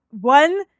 one